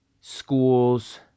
schools